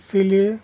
इसीलिए